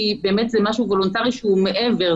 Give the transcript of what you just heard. כי זה משהו וולונטרי שהוא מעבר,